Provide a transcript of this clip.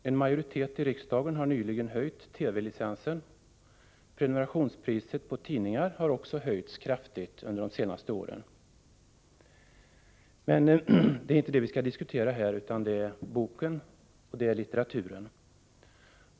En majoritet i riksdagen har nyligen höjt avgiften för TV-licensen, och även prenumerationspriset på tidningar har höjts kraftigt under de senaste åren. Det är dock inte detta som vi nu skall diskutera, utan boken och litteraturen.